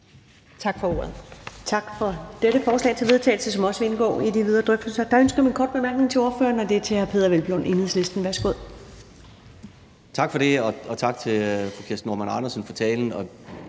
Ellemann): Tak for dette forslag til vedtagelse, som også vil indgå i de videre drøftelser. Der er ønske om en kort bemærkning til ordføreren, og det er fra hr. Peder Hvelplund, Enhedslisten. Værsgo. Kl. 14:31 Peder Hvelplund (EL): Tak for det, og tak til fru Kirsten Normann Andersen for talen.